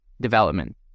development